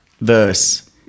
Verse